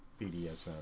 BDSM